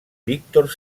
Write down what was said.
víctor